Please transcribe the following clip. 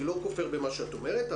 אני לא כופר במה שאת אומרת,